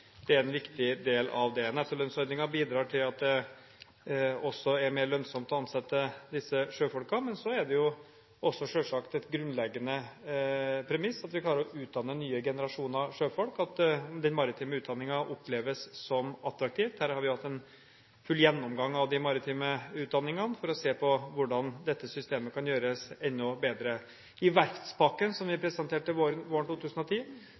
er en viktig del av det. Nettolønnsordningen bidrar til at det også er mer lønnsomt å ansette disse sjøfolkene. Men så er det selvsagt et grunnleggende premiss at vi klarer å utdanne nye generasjoner sjøfolk, at den maritime utdanningen oppleves som attraktiv. Vi har hatt en full gjennomgang av de maritime utdanningene for å se på hvordan dette systemet kan gjøres enda bedre. I verftspakken, som vi presenterte våren 2010,